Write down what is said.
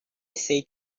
said